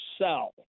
sell